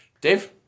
Dave